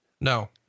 No